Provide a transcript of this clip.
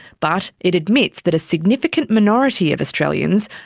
but it admits that a significant minority of australians,